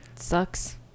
sucks